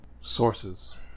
Sources